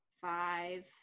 five